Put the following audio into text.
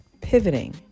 pivoting